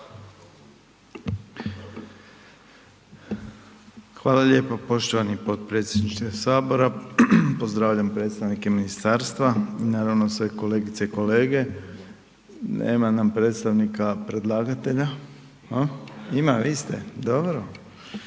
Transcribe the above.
Hvala lijepo. Poštovani potpredsjedniče Sabora, pozdravljam predstavnike ministarstva i naravno sve kolegice i kolege. Nema nam predstavnika predlagatelja. Ima, vi ste? Dobro,